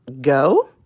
go